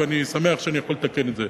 ואני שמח שאני יכול לתקן את זה.